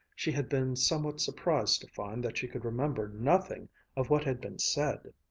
she had been somewhat surprised to find that she could remember nothing of what had been said.